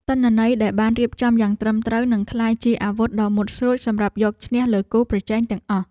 ទិន្នន័យដែលបានរៀបចំយ៉ាងត្រឹមត្រូវនឹងក្លាយជាអាវុធដ៏មុតស្រួចសម្រាប់យកឈ្នះលើគូប្រជែងទាំងអស់។